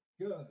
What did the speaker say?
Good